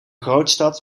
grootstad